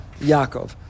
Yaakov